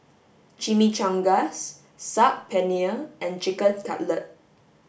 Chimichangas Saag Paneer and chicken cutlet